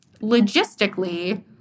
Logistically